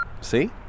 See